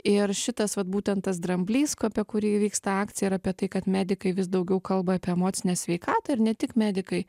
ir šitas vat būtent tas dramblys ko apie kurį ir vyksta akcija ir apie tai kad medikai vis daugiau kalba apie emocinę sveikatą ir ne tik medikai